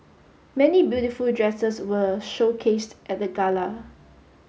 many beautiful dresses were showcased at the gala